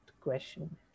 question